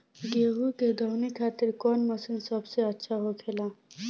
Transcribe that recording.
गेहु के दऊनी खातिर कौन मशीन सबसे अच्छा होखेला?